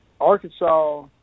Arkansas